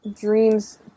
dreams